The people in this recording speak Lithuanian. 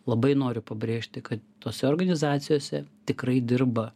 labai noriu pabrėžti kad tose organizacijose tikrai dirba